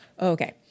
okay